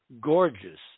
gorgeous